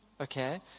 okay